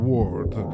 World